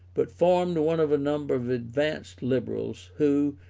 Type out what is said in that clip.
but formed one of a number of advanced liberals, who,